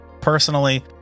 personally